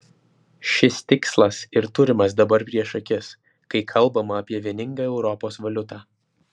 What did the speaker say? šis tikslas ir turimas dabar prieš akis kai kalbama apie vieningą europos valiutą